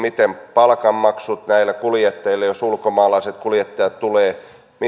siihen miten palkanmaksut järjestetään näille kuljettajille jos ulkomaalaiset kuljettajat tulevat